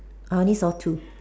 I only saw two